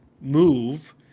move